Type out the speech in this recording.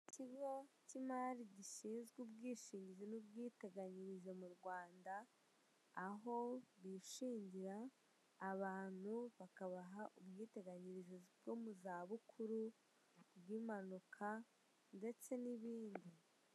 Ikigo cy'imari gishinzwe ubwishingizi n'ubwiteganyirize mu Rwanda, aho bishingira abantu bakabaha ubwiteganyirize bwo mu zabukuru bw'impanuka, ndetse n'ibindi.